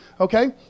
okay